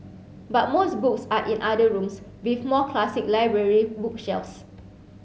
but most books are in other rooms with more classic library bookshelves